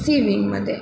C विंगमध्ये